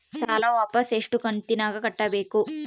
ಸಾಲ ವಾಪಸ್ ಎಷ್ಟು ಕಂತಿನ್ಯಾಗ ಕಟ್ಟಬೇಕು?